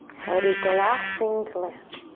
head is the last thing to land.